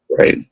right